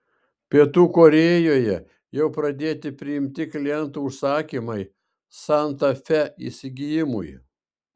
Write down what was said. pietų korėjoje jau pradėti priimti klientų užsakymai santa fe įsigijimui